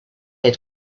had